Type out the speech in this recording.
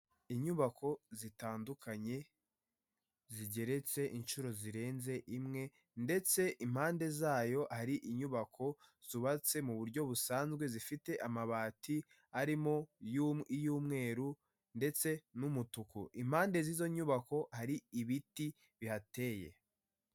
Inyubako zitandukanye zigeretse inshuro zirenze imwe, ndetse impande zayo hari inyubako zubatse mu buryo busanzwe zifite amabati arimo y'umweru ndetse n'umutuku, impande zizo nyubako hari ibiti bihateye.